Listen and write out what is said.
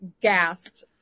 gasped